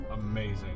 amazing